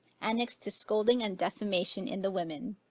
annexed to scolding and defamation in the women,